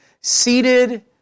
seated